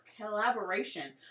collaboration